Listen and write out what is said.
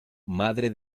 madre